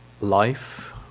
life